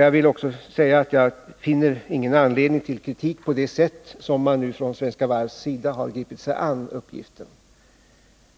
Jag vill också säga att jag inte finner anledning till någon kritik mot det sätt på vilket Svenska Varv har gripit sig an uppgiften.